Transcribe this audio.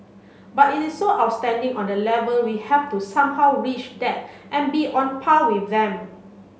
but it is so outstanding on the level we have to somehow reach that and be on par with them